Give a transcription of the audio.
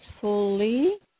fully